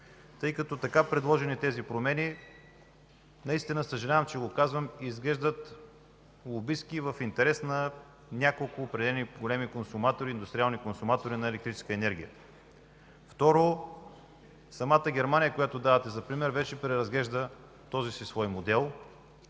подкрепяли. Предложените промени, съжалявам, че го казвам, изглеждат лобистки и в интерес на няколко определени големи индустриални консуматори на електрическа енергия. Второ, самата Германия, която давате за пример, вече преразглежда своя модел.